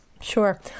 Sure